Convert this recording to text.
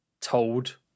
told